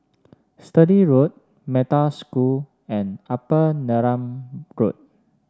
Sturdee Road Metta School and Upper Neram Good